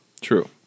true